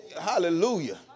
Hallelujah